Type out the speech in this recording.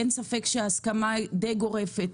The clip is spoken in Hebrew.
אין ספק שההסכמה היא די גורפת,